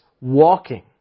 walking